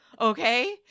Okay